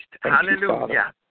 Hallelujah